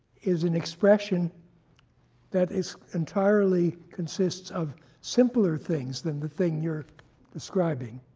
is an expression that is entirely consists of simpler things than the thing you're describing